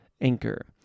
Anchor